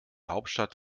hauptstadt